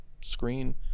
screen